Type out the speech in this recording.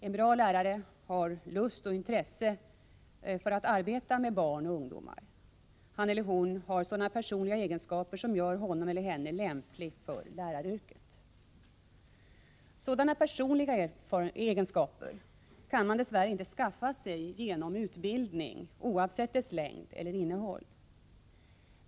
En bra lärare har lust och intresse för att arbeta med barn och ungdomar. Han eller hon har också sådana personliga egenskaper som gör honom eller henne lämplig för läraryrket. Sådana personliga egenskaper kan man dess värre inte skaffa sig genom utbildning, oavsett dess längd eller innehåll.